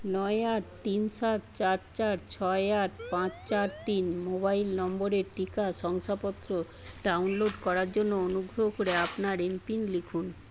নয় আট তিন সাত চার চার ছয় আট পাঁচ চার তিন মোবাইল নম্বরের টিকা শংসাপত্র ডাউনলোড করার জন্য অনুগ্রহ করে আপনার এমপিন লিখুন